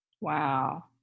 Wow